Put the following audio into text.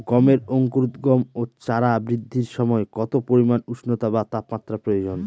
গমের অঙ্কুরোদগম ও চারা বৃদ্ধির সময় কত পরিমান উষ্ণতা বা তাপমাত্রা প্রয়োজন?